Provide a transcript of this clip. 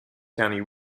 county